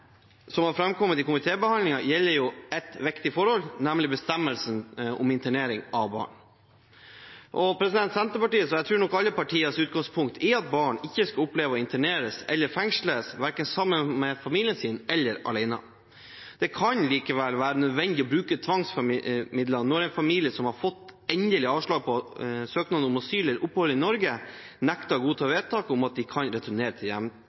som har framkommet i komitébehandlingen, gjelder ett viktig forhold, nemlig bestemmelsen om internering av barn. Senterpartiets – og jeg tror alle partiers – utgangspunkt er at barn ikke skal oppleve å interneres eller fengsles, verken sammen med familien sin eller alene. Det kan likevel være nødvendig å bruke tvangsmidler når en familie som har fått endelig avslag på søknaden om asyl eller opphold i Norge, nekter å godta et vedtak om at de kan returnere til